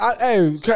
hey